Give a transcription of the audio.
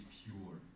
pure